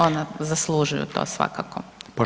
Ona zaslužuju to svakako.